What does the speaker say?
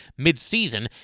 midseason